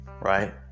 Right